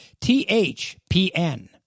THPN